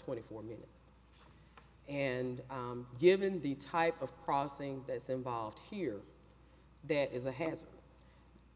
twenty four minutes and given the type of crossing that is involved here that is a has